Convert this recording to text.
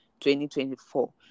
2024